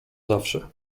zawsze